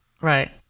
right